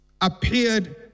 appeared